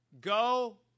go